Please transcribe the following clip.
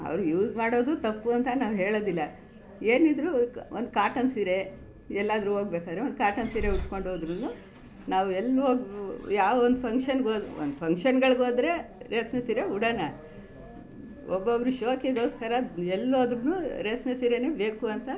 ಅವ್ರು ಯೂಸ್ ಮಾಡೋದು ತಪ್ಪು ಅಂತ ನಾವು ಹೇಳೋದಿಲ್ಲ ಏನಿದ್ದರೂ ಒಂದು ಕಾಟನ್ ಸೀರೆ ಎಲ್ಲಾದರೂ ಹೋಗ್ಬೇಕಾದ್ರೆ ಒಂದು ಕಾಟನ್ ಸೀರೆ ಉಟ್ಕೊಂಡು ಹೋದ್ರೂ ನಾವು ಎಲ್ಲಿ ಹೋಗ್ ಯಾವ ಒಂದು ಫಂಕ್ಷನ್ನಿಗೆ ಒಂದು ಫಂಕ್ಷನ್ನುಗಳ್ಗೆ ಹೋದ್ರೆ ರೇಷ್ಮೆ ಸೀರೆ ಉಡೋಣ ಒಬ್ಬೊಬ್ರು ಶೋಕಿಗೋಸ್ಕರ ಎಲ್ಲೋದ್ರೂ ರೇಷ್ಮೆ ಸೀರೆಯೇ ಬೇಕು ಅಂತ